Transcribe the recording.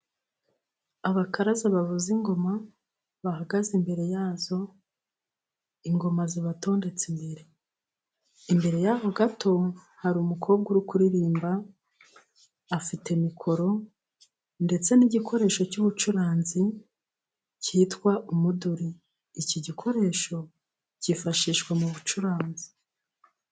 Abakaraza bavuza ingoma bahagaze imbere yazo, ingoma zibatondetse imbere. Imbere y'abo gato hari umukobwa uri kuririmba, afite mikoro ndetse n'igikoresho cy'ubucuranzi cyitwa umuduri; iki gikoresho cyifashishwa mu bucuranzi.